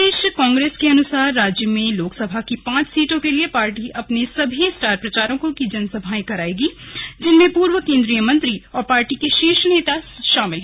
प्रदेश कांग्रेस के अनुसार राज्य में लोकसभा की पांच सीटों के लिए पार्टी अपने सभी स्टार प्रचारकों की जनसभाएं कराएगी जिनमें पूर्व केंद्रीय मंत्री और पार्टी के शीर्ष नेता शामिल हैं